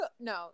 no